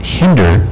hinder